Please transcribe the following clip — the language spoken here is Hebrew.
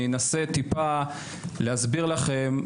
אני אנסה טיפה להסביר לכם.